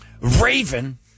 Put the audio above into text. Raven